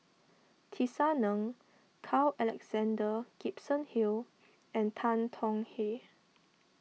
Tisa Ng Carl Alexander Gibson Hill and Tan Tong Hye